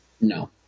No